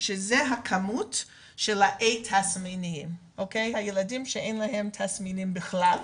הכמות של הילדים שאין להם תסמינים כלל.